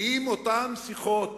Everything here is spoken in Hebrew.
ואם אותן שיחות